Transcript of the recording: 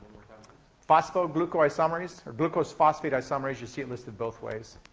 phosphoglucose isomerase or glucose phosphate isomerase. you see it listed both ways.